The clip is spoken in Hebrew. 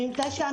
המקרה בחקירה.